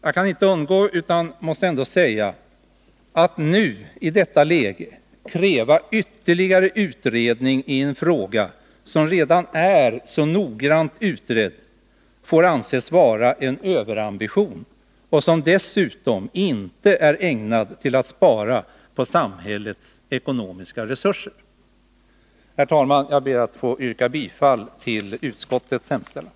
Jag kan inte undgå att säga att om det i detta läge krävs ytterligare utredning i en fråga som redan är så noggrant utredd får detta anses vara ett uttryck för överambition och en åtgärd som inte är ägnad att spara på samhällets ekonomiska resurser. Herr talman! Jag ber att få yrka bifall till utskottets hemställan.